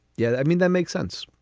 yeah. i mean, that makes sense.